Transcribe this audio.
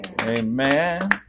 Amen